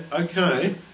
okay